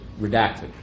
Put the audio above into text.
redacted